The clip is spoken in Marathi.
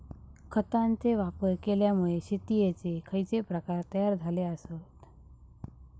खतांचे वापर केल्यामुळे शेतीयेचे खैचे प्रकार तयार झाले आसत?